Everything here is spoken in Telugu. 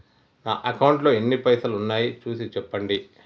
నా అకౌంట్లో ఎన్ని పైసలు ఉన్నాయి చూసి చెప్పండి?